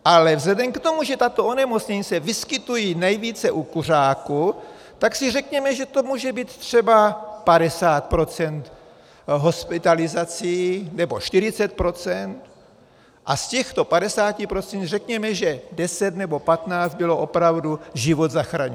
Ale vzhledem k tomu, že tato onemocnění se vyskytují nejvíce u kuřáků, tak si řekněme, že to může být třeba 50 % hospitalizací nebo 40 % a z těchto 50 % řekněme, že 10 nebo 15 bylo opravdu život zachraňujících.